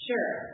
Sure